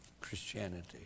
Christianity